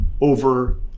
over